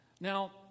Now